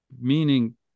meaning